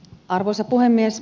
arvoisa puhemies